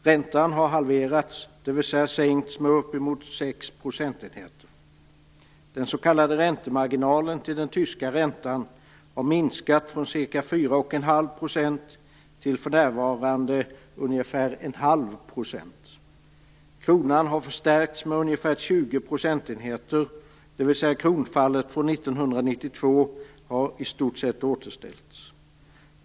Räntan har halverats, dvs. sänkts med uppemot 6 Den s.k. räntemarginalen till den tyska räntan har minskat från ca 4,5 % till för närvarande ungefär Kronan har förstärkts med ungefär 20 procentenheter, dvs. kronfallet från 1992 har i stort sett har återställts.